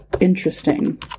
Interesting